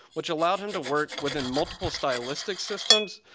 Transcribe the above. which allowed him to work within multiple stylistic systems,